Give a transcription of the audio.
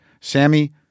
Sammy